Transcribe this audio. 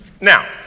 now